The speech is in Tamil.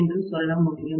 என்று சொல்ல முடியும்